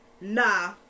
Nah